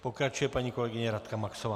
Pokračuje paní kolegyně Radka Maxová.